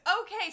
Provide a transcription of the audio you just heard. Okay